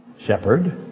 shepherd